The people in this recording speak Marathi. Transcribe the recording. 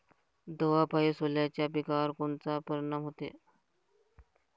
दवापायी सोल्याच्या पिकावर कोनचा परिनाम व्हते?